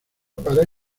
para